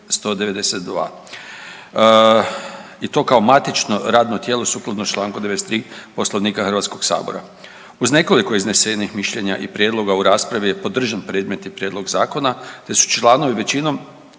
I to kao matično radno tijelo sukladno Članku 93. Poslovnika Hrvatskog sabora. Uz nekoliko iznesenih mišljenja i prijedloga u raspravi je podržan predmetni prijedlog zakona te su članovi većinom